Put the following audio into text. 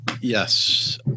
Yes